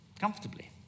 comfortably